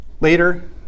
Later